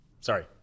Sorry